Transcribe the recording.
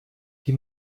die